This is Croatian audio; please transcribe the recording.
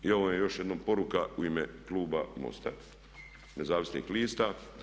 I ovo je još jednom poruka u ime kluba MOST-a Nezavisnih lista.